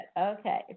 Okay